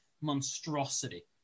monstrosity